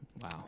wow